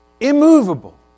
immovable